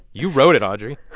you wrote it, audrey